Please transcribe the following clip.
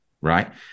right